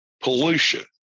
pollution